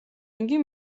იგი